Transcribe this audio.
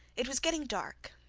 it was getting dark,